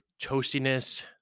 toastiness